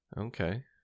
Okay